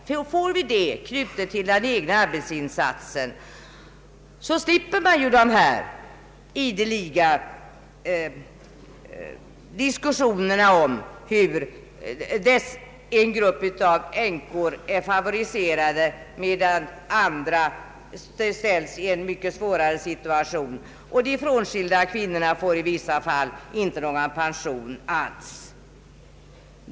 Får vi ett sådant system knutet till den egna arbetsinsatsen, slipper vi dessa ideliga diskussioner om hur en grupp av änkor är favoriserade, medan andra grupper ställs i en mycket svårare situation. De frånskilda kvinnorna får i vissa fall ingen pension alls.